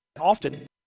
often